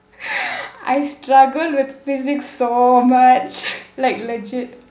I struggled with physics so much like legit